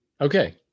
Okay